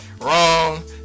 wrong